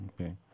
Okay